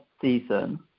season